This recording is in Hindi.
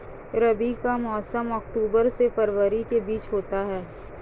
रबी का मौसम अक्टूबर से फरवरी के बीच होता है